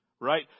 Right